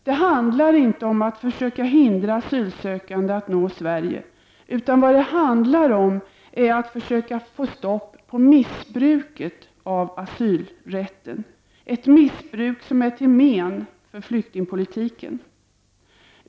Det handlar inte om att man försöker hindra asylsökande att nå Sverige, utan vad det handlar om är att man skall försöka få stopp på missbruket av asylrätten, ett missbruk som är till men för flyktingpolitiken.